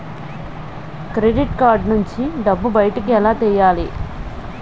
Credit card నుంచి డబ్బు బయటకు ఎలా తెయ్యలి?